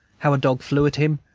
how a dog flew at him,